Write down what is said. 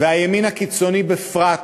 והימין הקיצוני בפרט,